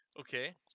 Okay